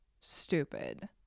stupid